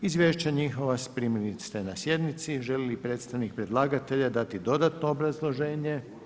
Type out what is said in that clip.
Izvješća njihova primili ste na sjednici, želi li predstavnik predlagatelja dati dodatno obrazloženje?